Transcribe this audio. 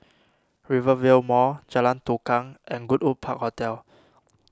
Rivervale Mall Jalan Tukang and Goodwood Park Hotel